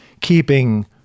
keeping